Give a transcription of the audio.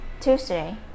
tuesday